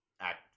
act